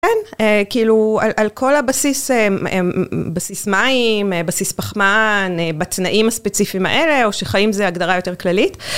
כן, כאילו על על כל הבסיס, בסיס מים, בסיס פחמן, בתנאים הספציפיים האלה, או שחיים זה הגדרה יותר כללית.